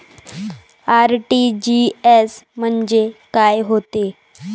RTGS म्हंजे काय होते?